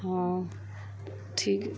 हाँ ठीक